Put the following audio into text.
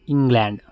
England